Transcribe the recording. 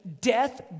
death